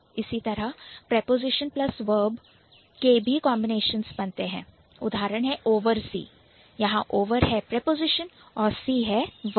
इसी तरह Preposition plus Verb preposition plus verb केवी कांबिनेशंस बनते हैं उदाहरण Oversee ओवरसी यहां Over है प्रपोजिशन और See है वर्ब